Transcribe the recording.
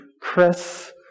Chris